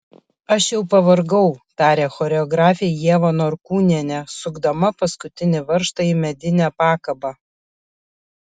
aš jau pavargau tarė choreografė ieva norkūnienė sukdama paskutinį varžtą į medinę pakabą